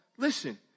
Listen